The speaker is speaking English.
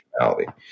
functionality